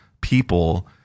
people